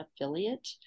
affiliate